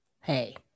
Hey